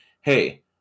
hey